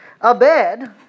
Abed